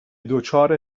دچار